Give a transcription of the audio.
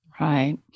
Right